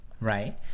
right